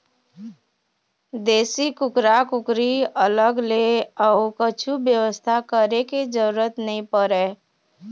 देसी कुकरा कुकरी अलग ले अउ कछु बेवस्था करे के जरूरत नइ परय